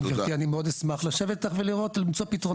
תודה